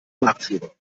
marktführer